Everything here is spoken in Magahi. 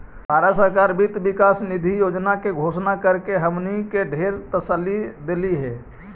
भारत सरकार वित्त विकास निधि योजना के घोषणा करके हमनी के ढेर तसल्ली देलई हे